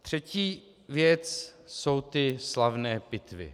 Třetí věc jsou ty slavné pitvy.